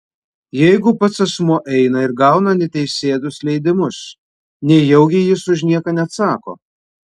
jeigu pats asmuo eina ir gauna neteisėtus leidimus nejaugi jis už nieką neatsako